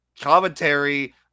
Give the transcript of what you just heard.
commentary